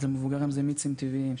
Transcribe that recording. אז למבוגרים זה מיצים טבעיים,